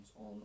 on